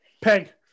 peg